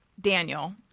Daniel